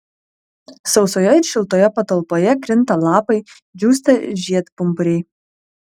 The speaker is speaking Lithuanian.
sausoje ir šiltoje patalpoje krinta lapai džiūsta žiedpumpuriai